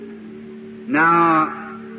Now